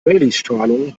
raleighstrahlung